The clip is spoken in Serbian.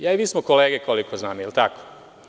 Ja i vi smo kolege, koliko znam, jel tako?